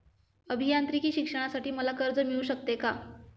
अभियांत्रिकी शिक्षणासाठी मला कर्ज मिळू शकते का?